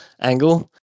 angle